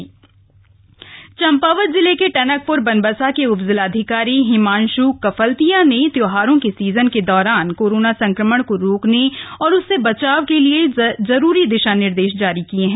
corona सरक्षा बैठक चम्पावत जिले के टनकप्र बनबसा के उपजिलाधिकारी हिमांश् कफल्तिया ने त्योहारों के सीजन के दौरान कोरोना संक्रमण को रोकने और उससे बचाव के लिए जरुरी दिशा निर्देश जारी किये हैं